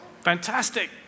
Fantastic